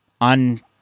on